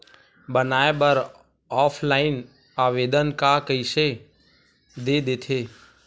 बनाये बर ऑफलाइन आवेदन का कइसे दे थे?